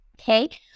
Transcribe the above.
Okay